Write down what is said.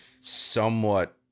somewhat